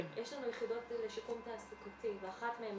יש לנו יחידות לשיקום תעסוקתי ואחת מהן,